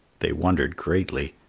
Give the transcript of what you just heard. they wondered greatly,